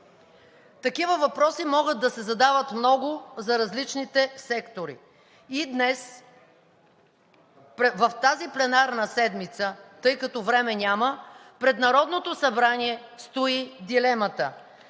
Такива въпроси могат да се задават много за различните сектори. И днес в тази пленарна седмица, тъй като време няма, пред Народното събрание стои дилемата